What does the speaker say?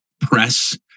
press